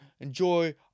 Enjoy